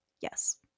yes